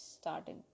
starting